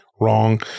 wrong